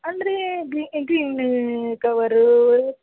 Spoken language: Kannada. ಅಂದರೆ ಗ್ರೀನ ಕವರೂ